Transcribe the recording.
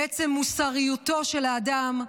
מעצם מוסריותו של האדם,